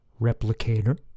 Replicator